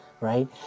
right